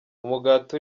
umugati